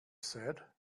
said